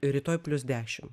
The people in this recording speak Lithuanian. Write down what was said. rytoj plius dešim